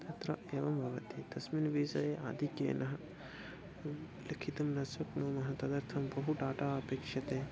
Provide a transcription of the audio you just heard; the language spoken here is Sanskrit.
तत्र एवं भवति तस्मिन् विषये आधिक्येन लिखितुं न शक्नुमः तदर्थं बहु डाटा अपेक्षते